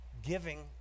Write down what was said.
giving